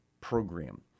program